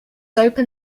open